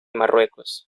marruecos